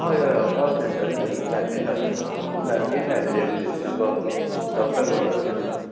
हय हय हय कॉल सॅन्टर लायब्ररीन लायला हांव मैन लायब्रॅरियन उलयतां डॉ गौरव जल्मी